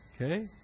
okay